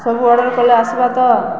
ସବୁ ଅର୍ଡ଼ର୍ କଲେ ଆସିବା ତ